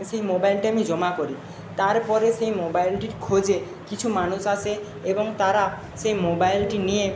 সেই মোবাইলটা আমি জমা করি তারপরে সেই মোবাইলটির খোঁজে কিছু মানুষ আসে এবং তারা সেই মোবাইলটি নিয়ে